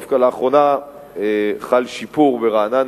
דווקא לאחרונה חל שיפור ברעננה,